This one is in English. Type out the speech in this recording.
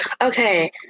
okay